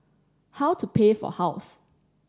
how to pay for house